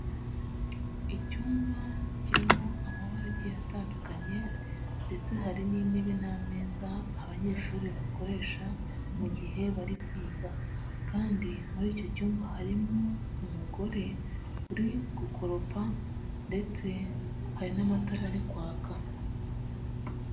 Icyumba kirimo amabara agiye atandukanye, ndetse hari n'intebe n'ameza abanyeshuri bakoresha mu gihe bari kwiga, kandi muri icyo cyumba harimo umugore uri gukoropa ndetse hari n'amatara ari kwaka.